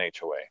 HOA